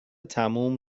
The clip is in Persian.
تموم